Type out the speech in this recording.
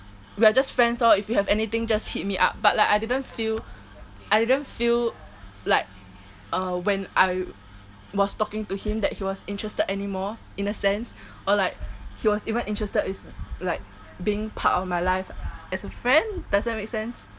we are just friends lor if you have anything just hit me up but like I didn't feel I didn't feel like uh when I was talking to him that he was interested anymore in a sense or like he was even interested is like being part of my life as a friend does that make sense